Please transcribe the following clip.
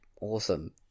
awesome